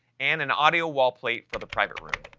and an audio wall plate for the private room.